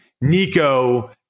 Nico